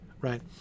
right